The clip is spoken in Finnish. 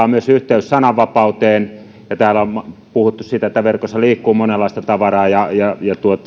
on myös yhteys sananvapauteen ja täällä on puhuttu siitä että verkossa liikkuu monenlaista tavaraa ja ja